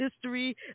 history